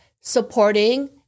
supporting